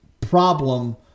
problem